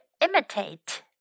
imitate